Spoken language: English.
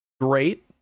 great